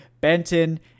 Benton